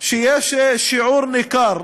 שיש שיעור ניכר,